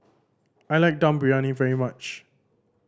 I like Dum Briyani very much